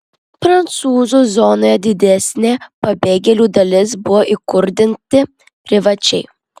prancūzų zonoje didesnė pabėgėlių dalis buvo įkurdinti privačiai